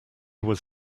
was